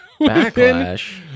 backlash